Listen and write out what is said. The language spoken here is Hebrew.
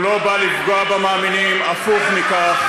הוא לא בא לפגוע במאמינים, הפוך מכך,